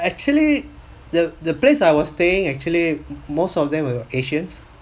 actually the the place I was staying actually most of them are asians